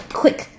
quick